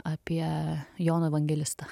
apie joną evangelistą